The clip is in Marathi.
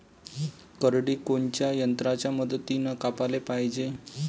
करडी कोनच्या यंत्राच्या मदतीनं कापाले पायजे?